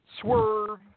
Swerve